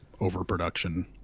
overproduction